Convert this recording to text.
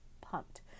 pumped